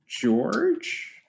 George